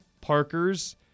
Parker's